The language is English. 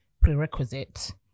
Prerequisite